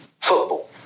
football